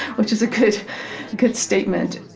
which is a good good statement.